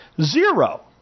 Zero